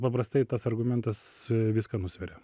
paprastai tas argumentas viską nusveria